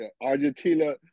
argentina